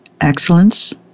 excellence